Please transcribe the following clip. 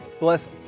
Bless